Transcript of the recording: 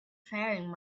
faring